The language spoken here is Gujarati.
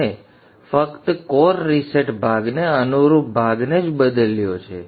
અમે ફક્ત કોર રીસેટ ભાગને અનુરૂપ ભાગને જ બદલ્યો છે